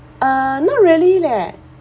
uh not really leh